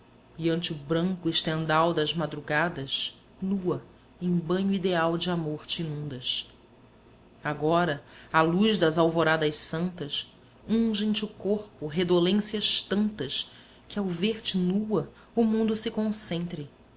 o branco estendal das madrugadas nua em banho ideal de amor te inundas agora à luz das alvoradas santas ungem te o corpo redolências tantas que ao ver-te nua o mundo se concentre